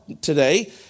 today